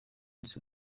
nzu